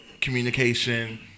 communication